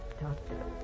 Doctor